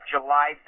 July